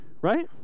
right